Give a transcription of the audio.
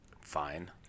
Fine